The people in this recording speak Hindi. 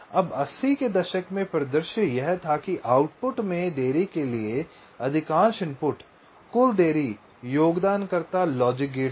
अब 80 के दशक में परिदृश्य यह था कि आउटपुट में देरी के लिए अधिकांश इनपुट कुल देरी योगदानकर्ता लॉजिक गेट था